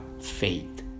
faith